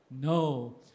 No